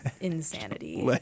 insanity